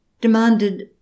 demanded